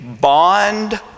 bond